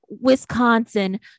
Wisconsin